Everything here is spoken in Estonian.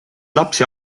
lapsi